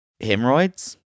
hemorrhoids